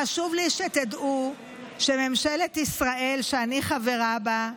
חשוב לי שתדעו שממשלת ישראל, שאני חברה בה,